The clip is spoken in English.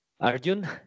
Arjun